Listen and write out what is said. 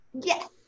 Yes